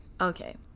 Okay